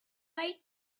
way